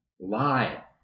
Lie